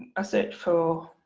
a search for